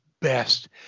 best